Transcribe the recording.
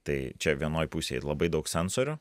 tai čia vienoj pusėj labai daug sensorių